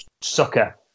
sucker